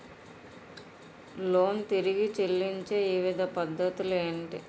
Loan తిరిగి చెల్లించే వివిధ పద్ధతులు ఏంటి?